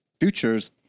futures